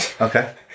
Okay